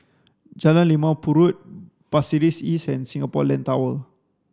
Jalan Limau Purut Pasir Ris East and Singapore Land Tower